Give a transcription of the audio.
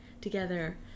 together